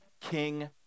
King